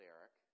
Eric